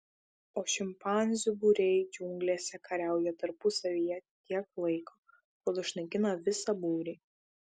o šimpanzių būriai džiunglėse kariauja tarpusavyje tiek laiko kol išnaikina visą būrį